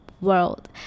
world